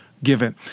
given